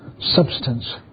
substance